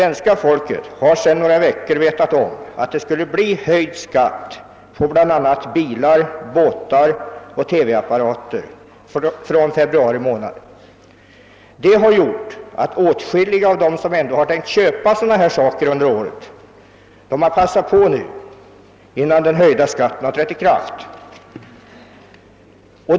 Svenska folket har sedan några veckor vetat om att det skall bli höjd skatt på bl.a. bilar, båtar och TV-apparater fr.o.m. februari månad. Därför har åtskilliga människor som ändå under året har tänkt köpa sådana saker passat på att göra det innan den höjda skatten trätt i kraft.